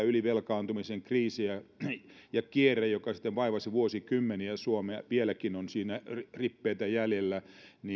ylivelkaantumisen kriisi ja ja kierre joka sitten vaivasi vuosikymmeniä suomea vieläkin on siitä rippeitä jäljellä